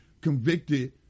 convicted